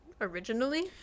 originally